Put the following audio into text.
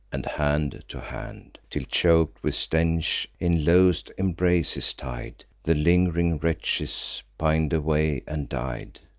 and hand to hand, till, chok'd with stench, in loath'd embraces tied, the ling'ring wretches pin'd away and died.